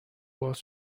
باز